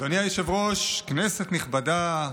אדוני היושב-ראש, כנסת נכבדה,